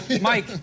Mike